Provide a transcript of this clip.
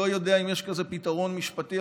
אני לא יודע אם יש כזה פתרון משפטי,